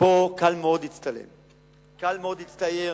פה קל מאוד להצטייר, קל מאוד להצטייר,